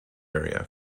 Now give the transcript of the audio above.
area